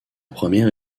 première